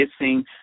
missing